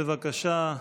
בבקשה,